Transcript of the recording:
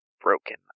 broken